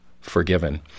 forgiven